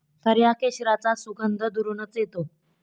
खऱ्या केशराचा सुगंध दुरूनच येतो